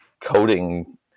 coding